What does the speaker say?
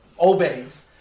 Obeys